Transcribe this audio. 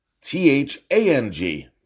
T-H-A-N-G